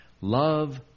love